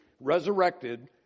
resurrected